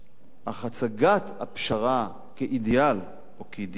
אך הצגת הפשרה כאידיאל או כאידיאולוגיה